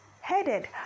headed